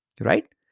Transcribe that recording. right